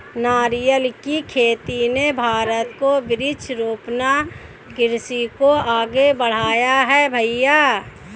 नारियल की खेती ने भारत को वृक्षारोपण कृषि को आगे बढ़ाया है भईया